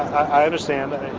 i, i understand.